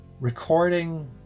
recording